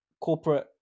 corporate